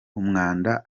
umwanda